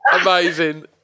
Amazing